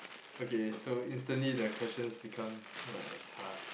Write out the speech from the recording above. okay so instantly the questions become not as hard